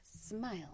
smile